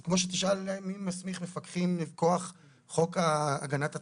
זה כמו שתשאל מי מסמיך מפקחים מכוח חוק הגנת הצרכן.